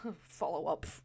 Follow-up